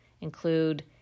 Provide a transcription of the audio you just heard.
include